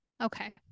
Okay